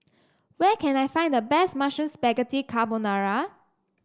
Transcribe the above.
where can I find the best Mushroom Spaghetti Carbonara